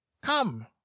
come